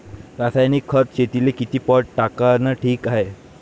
रासायनिक खत शेतीले किती पट टाकनं ठीक हाये?